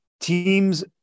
teams